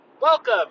Welcome